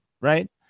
right